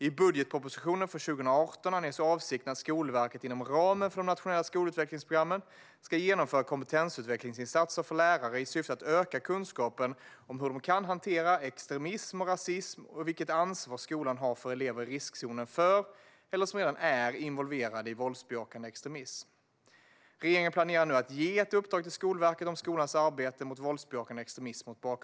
I budgetpropositionen för 2018 anges avsikten att Skolverket inom ramen för de nationella skolutvecklingsprogrammen ska genomföra kompetensutvecklingsinsatser för lärare i syfte att öka kunskapen om hur de kan hantera extremism och rasism och vilket ansvar skolan har för elever som är i riskzonen för eller redan är involverade i våldsbejakande extremism. Regeringen planerar nu mot bakgrund av detta att ge ett uppdrag till Skolverket om skolans arbete mot våldsbejakande extremism.